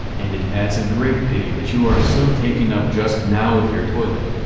and it s a great pity that you are so taken up just now with your toilet.